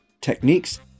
techniques